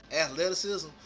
athleticism